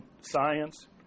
science